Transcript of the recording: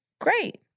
great